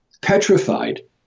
petrified